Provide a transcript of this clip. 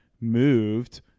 moved